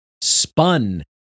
spun